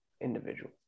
individual